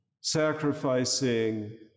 sacrificing